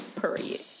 Period